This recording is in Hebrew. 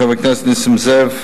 חבר הכנסת נסים זאב,